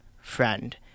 friend